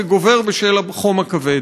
שגובר בשל החום הכבד.